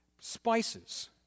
spices